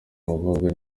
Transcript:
mukobwa